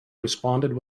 responded